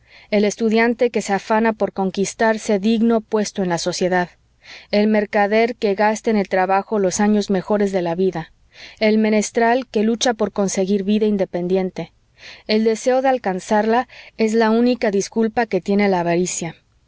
el estudiante que se afana por conquistarse digno puesto en la sociedad el mercader que gasta en el trabajo los años mejores de la vida el menestral que lucha por conseguir vida independiente el deseo de alcanzarla es la única disculpa que tiene la avaricia